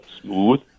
Smooth